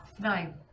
nine